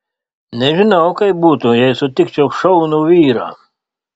nežinau kaip būtų jei sutikčiau šaunų vyrą